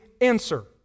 answer